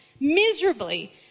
miserably